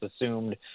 assumed